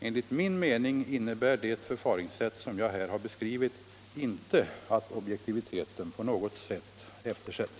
Enligt min mening innebär det förfaringssätt som jag här har beskrivit inte att objektiviteten på något sätt eftersätts.